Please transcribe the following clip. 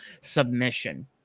submission